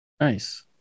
Nice